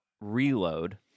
reload